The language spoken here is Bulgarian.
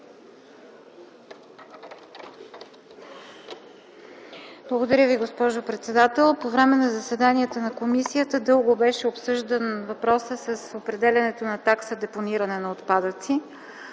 Благодаря Ви, госпожо председател. По време на заседанията на комисията дълго беше обсъждан въпросът с определянето на такса депониране на отпадъци.